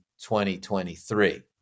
2023